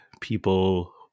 people